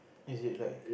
is it like